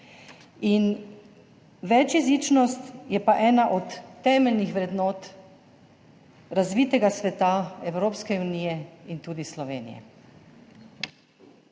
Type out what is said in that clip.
večjezičnost je pa ena od temeljnih vrednot razvitega sveta Evropske unije in tudi Slovenije.